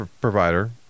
provider